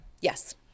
Yes